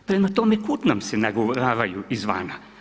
Prema tome, kuda nam se naguravaju izvana?